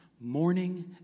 morning